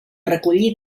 recollir